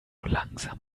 langsam